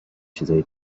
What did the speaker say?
چیزای